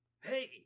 Hey